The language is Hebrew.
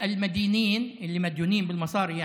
נהג מונית, נהג